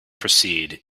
proceed